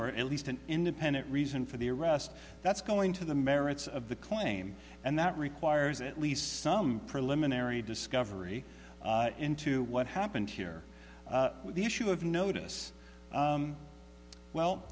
or at least an independent reason for the arrest that's going to the merits of the claim and that requires at least some preliminary discovery into what happened here with the issue of notice well